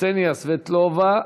קסניה סבטלובה,